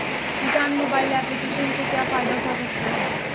किसान mobile application से क्या फायदा उठा सकता है?